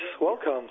welcome